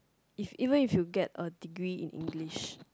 if even if you get a degree in English